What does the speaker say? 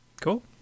Cool